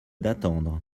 d’attendre